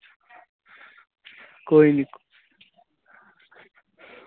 कोई निं